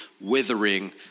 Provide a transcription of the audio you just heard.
withering